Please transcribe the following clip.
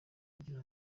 kugira